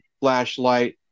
flashlight